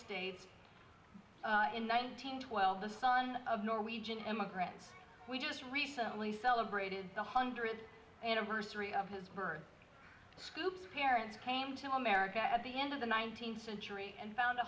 states in one thousand twelve the son of norwegian immigrants we just recently celebrated the hundredth anniversary of his birth scoop parents came to america at the end of the nineteenth century and found a